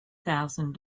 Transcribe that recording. thousand